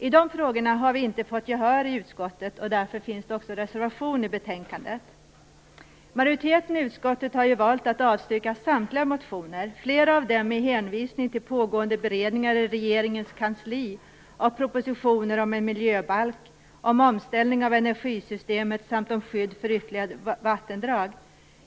I de här frågorna har vi inte fått gehör i utskottet, och därför finns det också reservationer i betänkandet. Majoriteten i utskottet har valt att avstyrka samtliga motioner, flera av dem med hänvisning till pågående beredningar i regeringens kansli av propositioner om en miljöbalk, om omställning av energisystemet samt om skydd för ytterligare vattendrag.